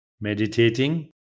meditating